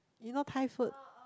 you know Thai food